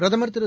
பிரதமர் திரு